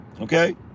Okay